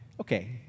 Okay